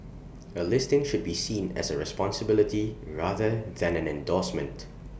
A listing should be seen as A responsibility rather than an endorsement